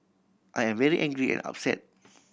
I am very angry and upset